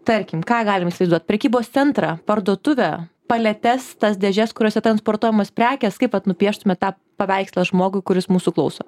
tarkim ką galim įsivaizduot prekybos centrą parduotuvę paletes tas dėžes kuriose transportuojamos prekės kaip vat nupieštumėt tą paveikslą žmogui kuris mūsų klauso